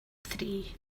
three